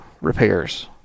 repairs